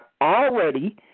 already